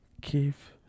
give